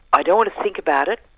i don't want to think about it,